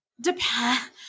Depends